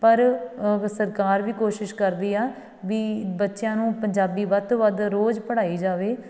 ਪਰ ਸਰਕਾਰ ਵੀ ਕੋਸ਼ਿਸ਼ ਕਰਦੀ ਆ ਵੀ ਬੱਚਿਆਂ ਨੂੰ ਪੰਜਾਬੀ ਵੱਧ ਤੋਂ ਵੱਧ ਰੋਜ਼ ਪੜ੍ਹਾਈ ਜਾਵੇ